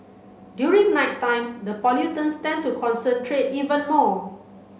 during nighttime the pollutants tend to concentrate even more